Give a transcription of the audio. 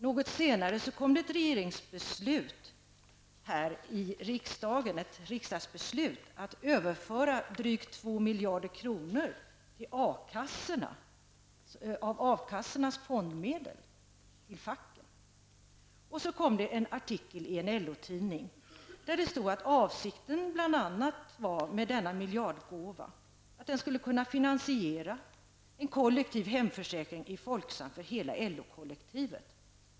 Något senare fattades nämligen ett beslut här i riksdagen. Det gällde då att föra över drygt 2 miljarder kronor från A-kassornas fondmedel till facket. I en artikel i en LO-tidning har det stått att läsa att avsikten med denna miljardgåva var bl.a. att den skulle kunna finansiera en kollektiv hemförsäkring i Folksam för hela LO-kollektivet.